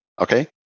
Okay